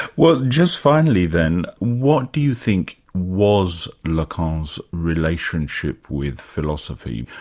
well just finally, then, what do you think was lacan's relationship with philosophy.